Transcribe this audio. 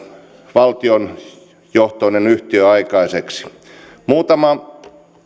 valtionjohtoinen yhtiö aikaiseksi muutama